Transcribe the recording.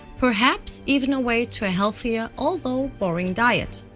perhaps even way to a healthier, although boring, diet.